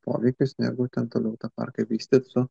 poveikis negu ten toliau tą parką vystyt su